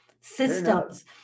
systems